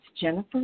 Jennifer